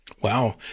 Wow